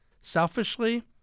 Selfishly